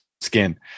skin